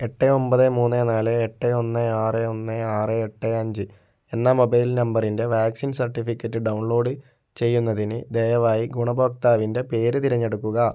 എട്ട് ഒമ്പത് മൂന്ന് നാല് എട്ട് ഒന്ന് ആറ് ഒന്ന് എട്ട് അഞ്ച് എന്ന മൊബൈൽ നമ്പറിൻ്റെ വാക്സിൻ സർട്ടിഫിക്കറ്റ് ഡൗൺലോഡ് ചെയ്യുന്നതിന് ദയവായി ഗുണഭോക്താവിൻ്റെ പേര് തിരഞ്ഞെടുക്കുക